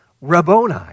Rabboni